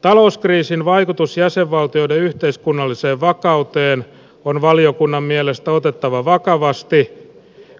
talouskriisin vaikutus jäsenvaltioiden yhteiskunnalliseen vakauteen on valiokunnan mielestä otettava vakavasti